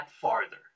farther